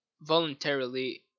voluntarily